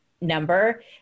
number